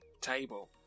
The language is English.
table